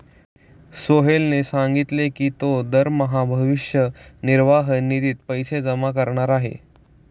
सोहेलने सांगितले की तो दरमहा भविष्य निर्वाह निधीत पैसे जमा करणार आहे